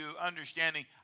understanding